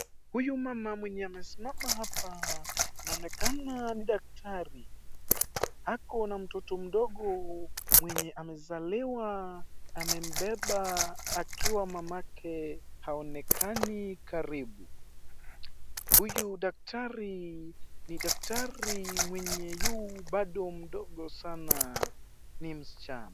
Huyu mama mwenye amesimma hapa inaonekana ni daktari, ako na mtoto mdogo mwenye amezaliwa amembeba akiwa mamake haonekani karibu, huyu daktari ni daktari mwenye yu bado mdogo sana ni msichana.